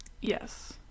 Yes